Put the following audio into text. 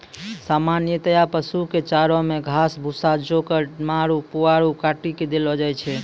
सामान्यतया पशु कॅ चारा मॅ घास, भूसा, चोकर, माड़, पुआल काटी कॅ देलो जाय छै